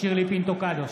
שירלי פינטו קדוש,